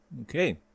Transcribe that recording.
okay